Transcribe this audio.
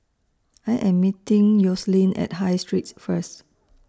I Am meeting Yoselin At High Street First